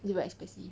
is it more expensive